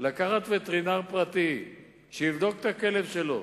לקחת וטרינר פרטי שיבדוק את הכלב שלו,